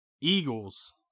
Eagles